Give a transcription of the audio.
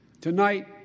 Tonight